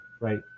right